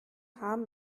haben